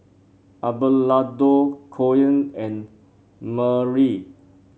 Abelardo Koen and Marely